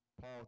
Paul